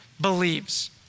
believes